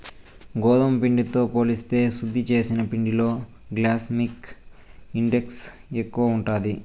గోధుమ పిండితో పోలిస్తే శుద్ది చేసిన పిండిలో గ్లైసెమిక్ ఇండెక్స్ ఎక్కువ ఉంటాది